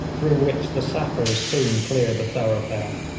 through which the sappers soon cleared a thoroughfare.